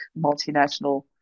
multinational